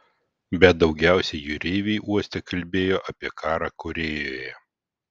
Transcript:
bet daugiausiai jūreiviai uoste kalbėjo apie karą korėjoje